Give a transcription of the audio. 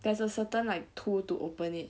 there's a certain like tool to open it